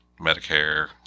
Medicare